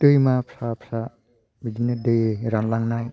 दैमा फिसा फिसा बिदिनो दै रानलांनाय